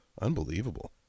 Unbelievable